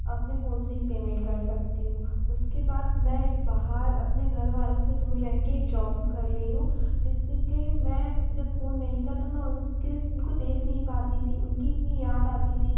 अपने फ़ोन से ही पेमेंट कर सकती हूँ उसके बाद मैं बाहर अपने घरवालों से दूर रह के जॉब कर रही हूँ जिस से कि मैं जब फ़ोन नहीं था तो मैं उनके उनको देख नहीं पाती थी उनकी इतनी याद आती थी